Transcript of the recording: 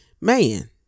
Man